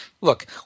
look